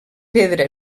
pedra